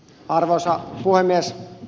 arvoisa puhemies